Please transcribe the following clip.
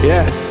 Yes